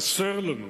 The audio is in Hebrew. חסר לנו,